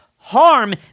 harm